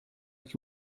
que